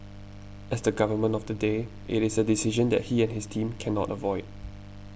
as the Government of the day it is a decision that he and his team cannot avoid